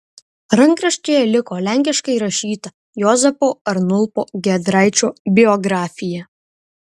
rankraštyje liko lenkiškai rašyta juozapo arnulpo giedraičio biografija